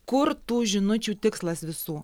kur tų žinučių tikslas visų